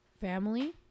family